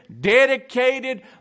dedicated